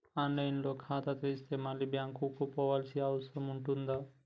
On line లో ఖాతా తెరిస్తే మళ్ళీ బ్యాంకుకు పోవాల్సిన అవసరం ఉంటుందా?